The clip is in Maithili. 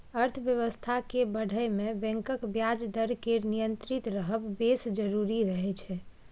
अर्थबेबस्था केँ बढ़य मे बैंकक ब्याज दर केर नियंत्रित रहब बेस जरुरी रहय छै